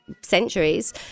centuries